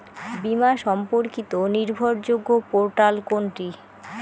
বীমা সম্পর্কিত নির্ভরযোগ্য পোর্টাল কোনটি?